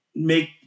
Make